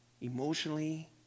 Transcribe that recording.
emotionally